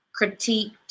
critiqued